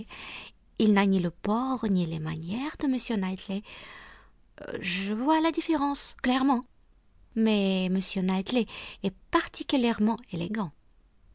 il n'a ni le port ni les manières de m knightley je vois la différence clairement mais m knightley est particulièrement élégant